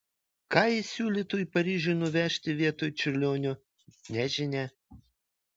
ką ji siūlytų į paryžių nuvežti vietoj čiurlionio nežinia